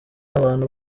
abantu